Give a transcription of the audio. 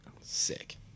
Sick